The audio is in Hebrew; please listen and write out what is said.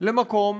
למקום